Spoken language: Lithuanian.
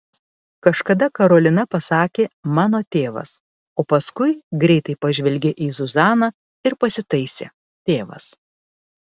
kažkada karolina pasakė mano tėvas o paskui greitai pažvelgė į zuzaną ir pasitaisė tėvas